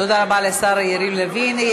תודה רבה לשר יריב לוין.